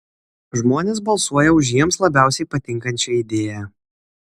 žmonės balsuoja už jiems labiausiai patinkančią idėją